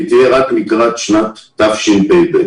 היא תהיה רק לקראת שנת תשפ"ב.